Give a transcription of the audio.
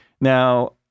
Now